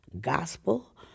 gospel